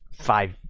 five